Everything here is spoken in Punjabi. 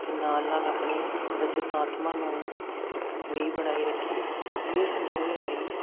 ਅਤੇ ਨਾਲ ਨਾਲ ਆਪਣੀ ਰਚਨਾਤਮਾ ਨੂੰ ਵੀ ਬਣਾਈ ਰੱਖੇ ਇਸ ਸੰਤੁਲਨ ਲਈ